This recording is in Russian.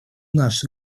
наш